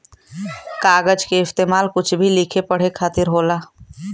कागज के इस्तेमाल कुछ भी लिखे पढ़े खातिर होला